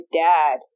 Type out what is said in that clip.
dad